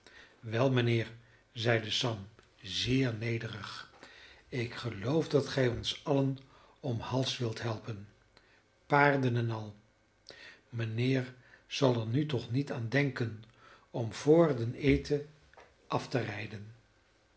wel mijnheer zeide sam zeer nederig ik geloof dat gij ons allen om hals wilt helpen paarden en al mijnheer zal er nu toch niet aan denken om voor den eten af te rijden